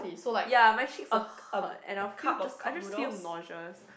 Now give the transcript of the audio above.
ya my cheeks will hurt and I feel just I just feel nauseous